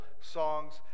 songs